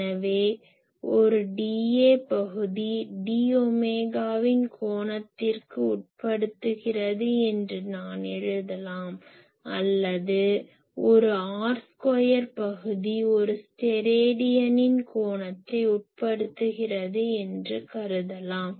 எனவே ஒரு dA பகுதி d ஒமேகாவின் கோணத்திற்கு உட்படுத்துகிறது என்று நான் எழுதலாம் அல்லது ஒரு r2 பகுதி ஒரு ஸ்டெராடியனின் கோணத்தை உட்படுத்துகிறது என்று கருதலாம்